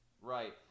Right